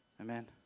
Amen